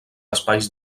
espais